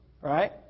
right